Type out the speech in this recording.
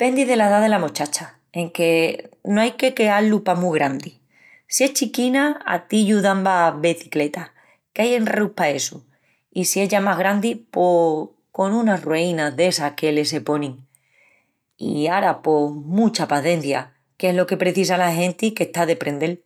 Pendi dela edá dela mochacha, enque no ai que queá-lu pa mu grandis. Si es chiquina atillu dambas becicletas, qu'ai enreus pa essu. I si es ya más grandi pos con unas rueinas d'essas que le se ponin. I ara pos mucha pacencia, qu'es lo que precisa la genti qu'está a deprendel.